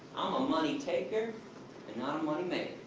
money-taker and not a moneymaker.